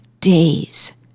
days